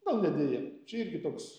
gal ne deja čia irgi toks